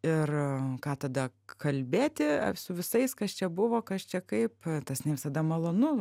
ir ką tada kalbėti su visais kas čia buvo kas čia kaip tas ne visada malonu